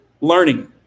Learning